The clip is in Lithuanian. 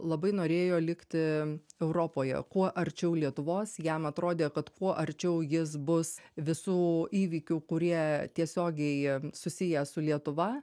labai norėjo likti europoje kuo arčiau lietuvos jam atrodė kad kuo arčiau jis bus visų įvykių kurie tiesiogiai susiję su lietuva